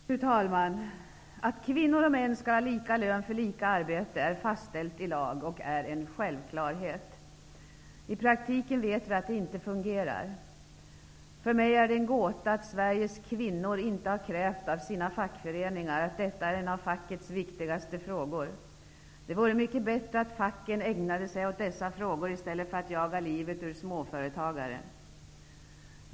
Fru talman! Att kvinnor och män skall ha lika lön för lika arbete är fastställt i lag, och det är en självklarhet. Men vi vet att i praktiken fungerar inte detta. För mig är det en gåta varför Sveriges kvinnor inte har krävt av sina fackföreningar att detta skall vara en av fackets viktigaste frågor. Det vore mycket bättre om facken ägnade sig åt dessa frågor i stället för att jaga livet ur småföretagare.